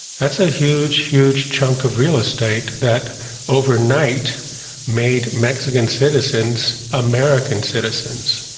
that's a huge, huge chunk of real estate that overnight made mexican citizens american citizens.